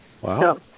wow